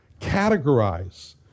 categorize